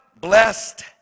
blessed